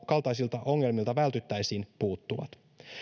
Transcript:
kaltaisilta ongelmilta vältyttäisiin puuttuvat